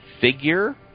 Figure